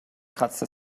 kratzte